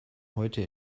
heute